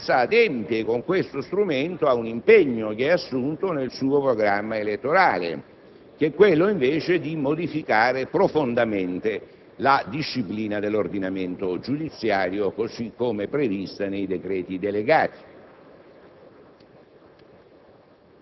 la maggioranza adempie, con questo strumento, a un impegno assunto nel suo programma elettorale, quello di modificare profondamente la disciplina dell'ordinamento giudiziario, così come prevista nei decreti delegati.